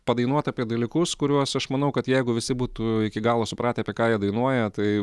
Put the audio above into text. padainuot apie dalykus kuriuos aš manau kad jeigu visi būtų iki galo supratę apie ką jie dainuoja tai